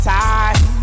time